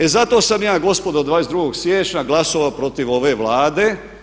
E zato sam ja gospodo 22. siječnja glasovao protiv ove Vlade.